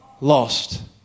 Lost